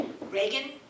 Reagan